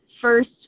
first